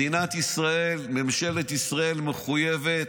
מדינת ישראל, ממשלת ישאל מחויבת,